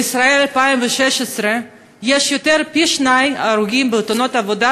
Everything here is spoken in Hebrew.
בישראל 2016 יש יותר מפי-שניים הרוגים בתאונות עבודה